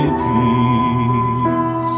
peace